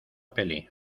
peli